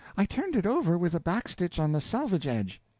i turned it over with a backstitch on the selvage edge.